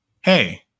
hey